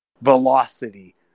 Velocity